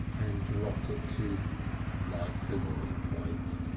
and dropped it to like an earthquake.